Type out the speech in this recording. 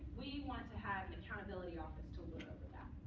we want to have the accountability office to lord over that.